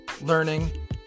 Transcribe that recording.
learning